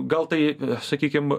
gal tai sakykim